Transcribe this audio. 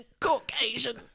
Caucasian